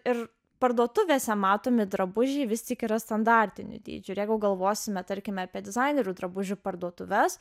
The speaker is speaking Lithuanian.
ir parduotuvėse matomi drabužiai visi yra standartinio dydžio jeigu galvosime tarkime apie dizainerių drabužių parduotuves